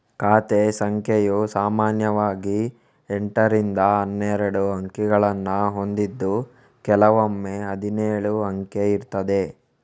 ಖಾತೆ ಸಂಖ್ಯೆಯು ಸಾಮಾನ್ಯವಾಗಿ ಎಂಟರಿಂದ ಹನ್ನೆರಡು ಅಂಕಿಗಳನ್ನ ಹೊಂದಿದ್ದು ಕೆಲವೊಮ್ಮೆ ಹದಿನೇಳು ಅಂಕೆ ಇರ್ತದೆ